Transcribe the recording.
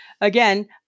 again